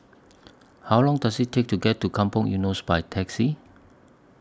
How Long Does IT Take to get to Kampong Eunos By Taxi